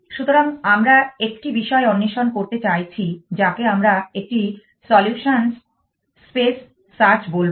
সুতরাং আমরা একটি বিষয় অন্বেষণ করতে চাইছি যাকে আমরা একটি সলিউশনস স্পেস সার্চ বলব